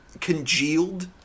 Congealed